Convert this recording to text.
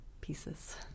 pieces